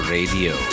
Radio